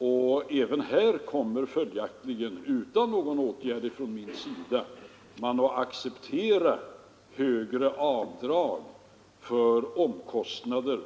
Taxeringsnämnderna kommer följaktligen, utan några åtgärder från min sida, att acceptera högre avdrag för resekostnader